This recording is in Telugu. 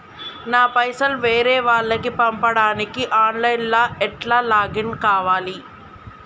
నా పైసల్ వేరే వాళ్లకి పంపడానికి ఆన్ లైన్ లా ఎట్ల లాగిన్ కావాలి?